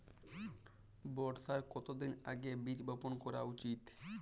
বর্ষার কতদিন আগে বীজ বপন করা উচিৎ?